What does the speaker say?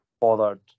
bothered